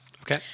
Okay